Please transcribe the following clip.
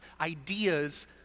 ideas